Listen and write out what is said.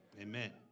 Amen